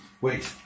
Wait